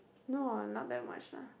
no ah not that much lah